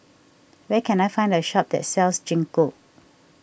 where can I find a shop that sells Gingko